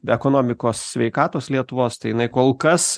ekonomikos sveikatos lietuvos tai jinai kol kas